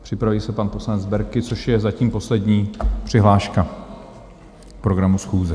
Připraví se pan poslanec Berki, což je zatím poslední přihláška k programu schůze.